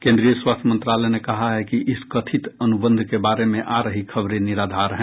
केन्द्रीय स्वास्थ्य मंत्रालय ने कहा है कि इस कथित अनुबंध के बारे में आ रही खबरें निराधार हैं